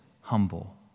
humble